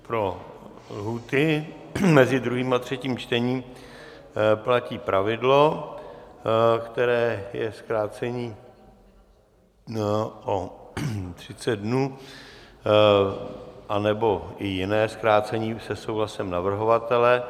Pro lhůty mezi druhým a třetím čtením platí pravidlo, které je zkrácení o 30 dnů nebo i jiné zkrácení se souhlasem navrhovatele.